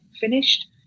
finished